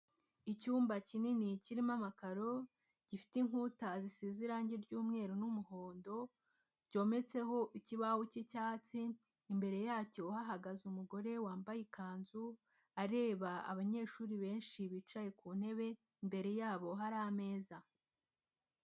Icyumba kinini kirimo amakaro, gifite inkuta zisize irange ry'umweru n'umuhondo cyometseho ikibaho cy'icyatsi, imbere yacyo hahagaze umugore wambaye ikanzu areba abanyeshuri benshi bicaye ku ntebe imbere yabo hari ameza.